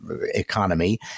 economy